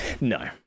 No